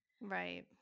right